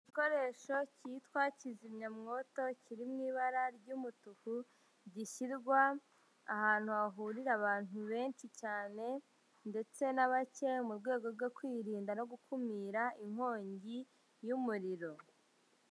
Igikoresho cyitwa kizimyamwoto kiri mu ibara ry'umutuku, gishyirwa ahantu hahurira abantu benshi cyane ndetse na bake mu rwego rwo kwirinda no gukumira inkongi y'umuriro.